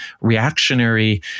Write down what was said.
reactionary